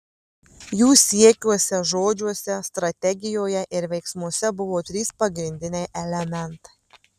jų siekiuose žodžiuose strategijoje ir veiksmuose buvo trys pagrindiniai elementai